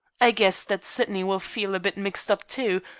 i guess that sydney will feel a bit mixed up, too,